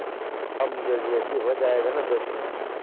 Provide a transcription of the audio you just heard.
कम जो बेसी हो जाएगा ना जब